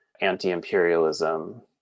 anti-imperialism